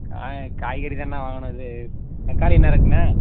காய் காய்கறி தான்ணா வாங்கணும் இது தக்காளி என்ன ரேட்டண்ண